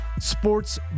sports